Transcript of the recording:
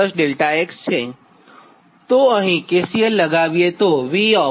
તોજો અહીં KCL લગાવીએ